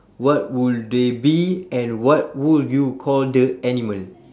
what would they be and what would you call the animal